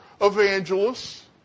evangelists